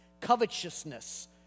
Covetousness